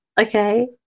Okay